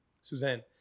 Suzanne